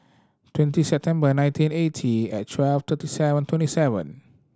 twenty September nineteen eighty and twelve thirty seven twenty seven